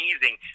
amazing